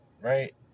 Right